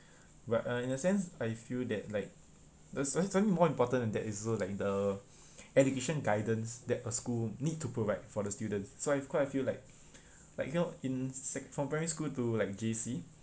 but uh in a sense I feel that like there's something more important than that is also like the education guidance that a school need to provide for the students so I've quite a few like like you know in sec~ from primary school to like J_C